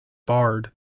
barred